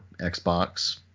xbox